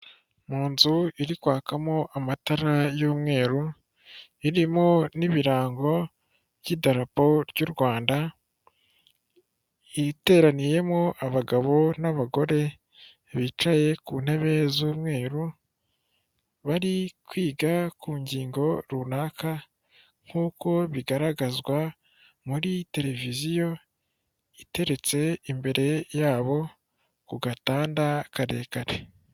Mu nzu iri kwakamo amatara y'umweru irimo n'ibirango by'idarapo ry'u Rwanda iteraniyemo abagabo n'abagore bicaye ku ntebe z'umweru, bari kwiga ku ngingo runaka nk'uko bigaragazwa muri televiziyo iteretse imbere yabo ku gatanda karekare.